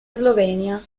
slovenia